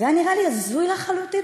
זה נראה לי הזוי לחלוטין.